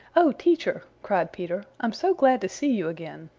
oh, teacher! cried peter. i'm so glad to see you again!